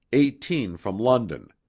eighteen from london.